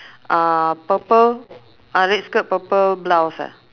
uh purple ah red skirt purple blouse ah